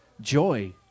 joy